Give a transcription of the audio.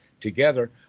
together